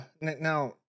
now